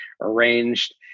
arranged